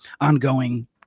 ongoing